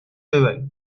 ببرید